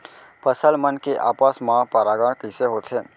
फसल मन के आपस मा परागण कइसे होथे?